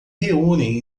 reúnem